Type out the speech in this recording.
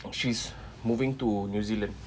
she's moving to new zealand